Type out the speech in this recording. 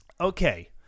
Okay